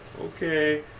okay